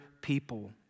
people